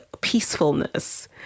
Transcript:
peacefulness